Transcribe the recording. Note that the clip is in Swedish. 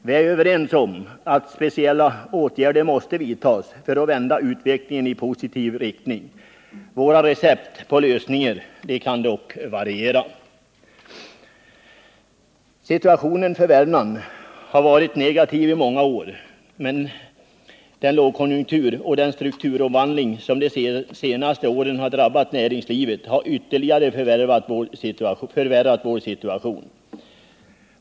Vi är överens om att speciella åtgärder måste vidtas för att vända utvecklingen i positiv riktning. Våra recept på lösningar kan dock variera. Situationen i Värmland har varit besvärlig i många år, men den lågkonjunktur och den strukturomvandling som de senaste åren drabbat näringslivet har ytterligare förvärrat situationen.